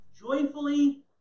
joyfully